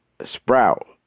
sprout